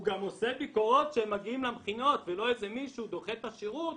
הוא גם עושה להם ביקורות כשהם מגיעים למכינות שלא מישהו ידחה את השירות